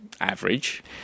average